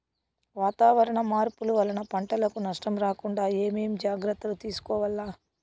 వాతావరణ మార్పులు వలన పంటలకు నష్టం రాకుండా ఏమేం జాగ్రత్తలు తీసుకోవల్ల?